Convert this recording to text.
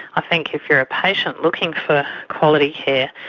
i think if you're a patient looking for quality care,